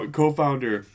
co-founder